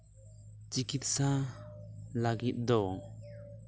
ᱪᱤᱠᱤᱛᱥᱟ ᱞᱟᱹᱜᱤᱫ ᱫᱚ